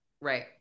right